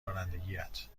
رانندگیت